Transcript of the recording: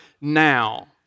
now